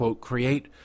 create